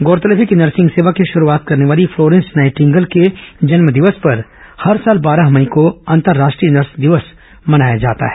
गौरतलब है कि नर्सिंग सेवा की शुरूआत करने वाली फ्लोरेंस नाइटिंगेल के जन्म दिवस पर हर साल बारह मई को अंतर्राष्ट्रीय नर्स दिवस मनाया जाता है